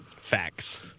Facts